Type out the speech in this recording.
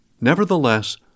Nevertheless